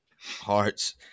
Hearts